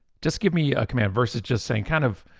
just give me a command versus just saying kind of,